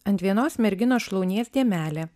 ant vienos merginos šlaunies dėmelė